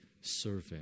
servant